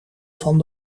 van